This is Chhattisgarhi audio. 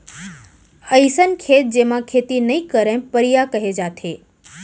अइसन खेत जेमा खेती नइ करयँ परिया कहे जाथे